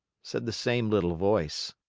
said the same little voice.